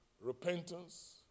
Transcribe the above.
repentance